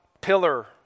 pillar